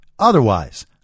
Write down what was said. Otherwise